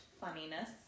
funniness